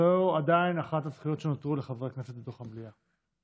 זו עדיין אחת הזכויות שנותרו לחברי כנסת בתוך המליאה.